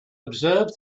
observe